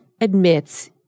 admits